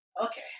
Okay